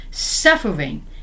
suffering